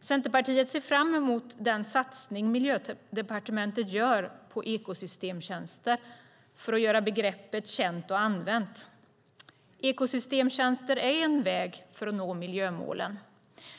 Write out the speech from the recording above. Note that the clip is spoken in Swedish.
Centerpartiet ser fram emot den satsning som Miljödepartementet gör på ekosystemstjänster för att göra begreppet känt och använt. Ekosystemstjänster är en väg för att nå miljömålen.